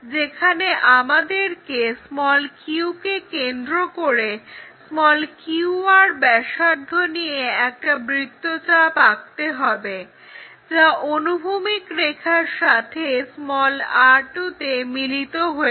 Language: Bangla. যেখানে আমাদেরকে q কে কেন্দ্র করে qr ব্যাসার্ধ নিয়ে একটা বৃত্তচাপ আঁকতে হবে যা অনুভূমিক রেখার সাথে r2 তে মিলিত হবে